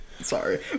sorry